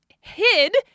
hid